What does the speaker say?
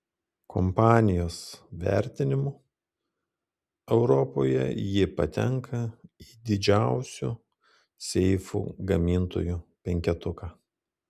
kompanijos vertinimu europoje ji patenka į didžiausių seifų gamintojų penketuką